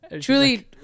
truly